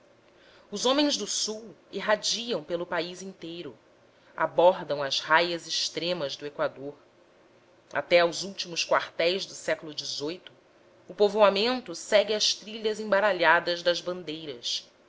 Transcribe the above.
os homens do sul irradiam pelo país inteiro abordam as raias extremas do equador até aos últimos quartéis do século xviii o povoamento segue as trilhas embaralhadas das bandeiras